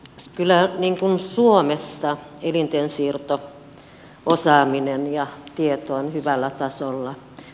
kyllä suomessa elintensiirto osaaminen ja tieto on hyvällä tasolla